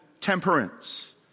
temperance